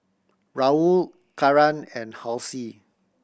Raul Karan and Halsey